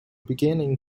beginning